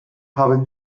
haben